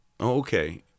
okay